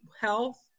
health